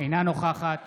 אינה נוכחת